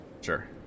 Sure